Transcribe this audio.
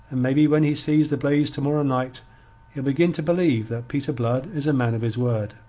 and maybe when he sees the blaze to-morrow night he'll begin to believe that peter blood is a man of his word.